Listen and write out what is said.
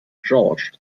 george’s